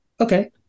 okay